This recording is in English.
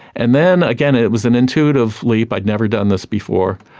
and then again it was an intuitive leap, i'd never done this before,